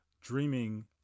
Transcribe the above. dreaming